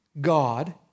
God